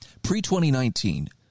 Pre-2019